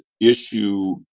issue